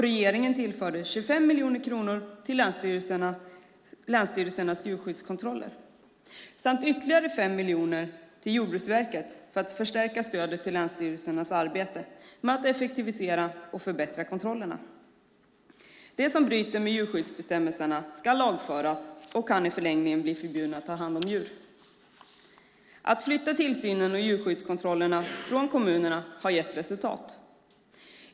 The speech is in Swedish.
Regeringen tillförde 25 miljoner kronor till länsstyrelsernas djurskyddskontroller samt ytterligare 5 miljoner till Jordbruksverket för att förstärka stödet till länsstyrelsernas arbete med att effektivisera och förbättra kontrollerna. De som bryter mot djurskyddsbestämmelserna ska lagföras och kan i förlängningen bli förbjudna att ha hand om djur. Att flytta tillsynen och djurskyddskontrollerna från kommunerna har gett resultat.